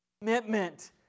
commitment